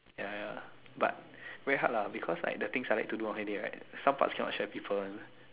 ya ya but very hard lah because like the things I like to do on hey day right some part cannot share people want